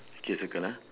K circle ah